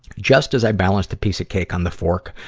just as i balanced a piece of cake on the fork,